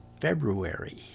February